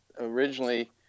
originally